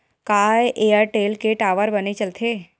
का एयरटेल के टावर बने चलथे?